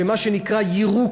ומה שנקרא "יִירוק"